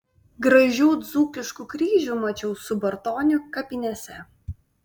gražių dzūkiškų kryžių mačiau subartonių kapinėse